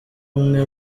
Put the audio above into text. umwe